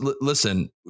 listen